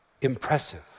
impressive